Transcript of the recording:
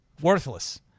Worthless